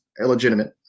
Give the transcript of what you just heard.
illegitimate